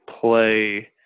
play